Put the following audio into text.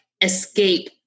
escape